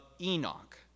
Enoch